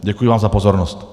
Děkuji vám za pozornost.